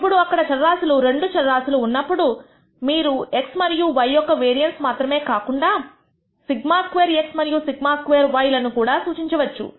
ఇప్పుడు అక్కడ రాశులు రెండు చరరాశులు ఉన్నప్పుడు మీరు x మరియు y యొక్క వేరియన్స్ మాత్రమే కాకుండా σ2x మరియు σ2y లను కూడా సూచించవచ్చు